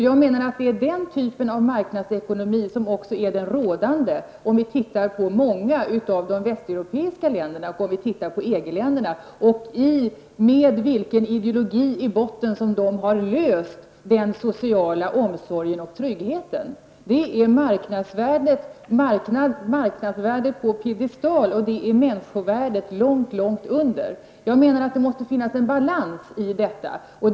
Jag menar att den typen av marknadsekonomi är rådande i många av de västeuropeiska länderna och i EG-länderna. Med vilken ideologi i botten har de löst den sociala omsorgen och tryggheten? Jo, marknadsvärdet har satts på en pidestal och människovärdet befinner sig långt därunder. Det måste finnas en balans i detta.